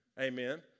amen